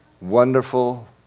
wonderful